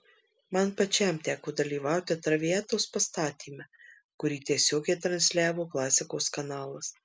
man pačiam teko dalyvauti traviatos pastatyme kurį tiesiogiai transliavo klasikos kanalas